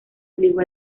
obligó